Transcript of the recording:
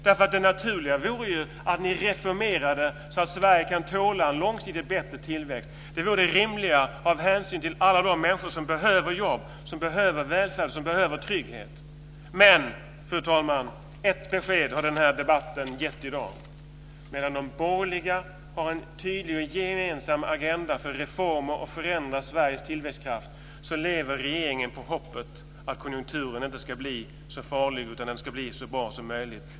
Det naturliga vore att ni reformerade så att Sverige kan tåla en långsiktigt bättre tillväxt. Det vore det rimliga av hänsyn till alla de människor som behöver jobb, som behöver välfärd, som behöver trygghet. Men, fru talman, ett besked har den här debatten gett i dag. Medan de borgerliga har en tydlig och gemensam agenda för reformer och för att förändra Sveriges tillväxtkraft lever regeringen på hoppet att konjunkturen inte ska bli så farlig, utan att den ska bli så bra som möjligt.